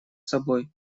собой